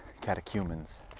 catechumens